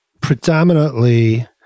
predominantly